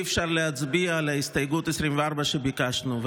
אי-אפשר להצביע על ההסתייגות 24 שביקשנו.